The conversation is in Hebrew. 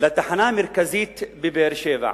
לתחנה המרכזית בבאר-שבע.